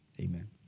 Amen